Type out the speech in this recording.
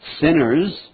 Sinners